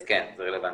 אז כן, זה רלוונטי.